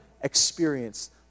experience